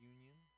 Union